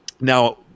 now